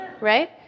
right